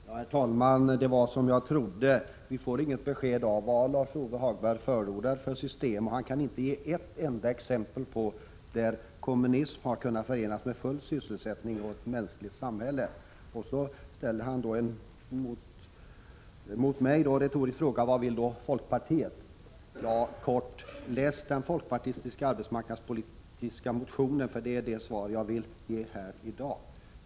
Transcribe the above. Herr talman! Det var som jag trodde: Vi får inget besked om vad Lars-Ove Hagberg förordar för system. Han kan inte ge ett enda exempel på att kommunism har kunnat förenas med full sysselsättning och ett mänskligt samhälle. Så ställer han en retorisk fråga till mig: Vad vill då folkpartiet? Ja, kort sagt: Läs folkpartiets arbetsmarknadspolitiska motion! Det är det svar jag vill ge här i dag.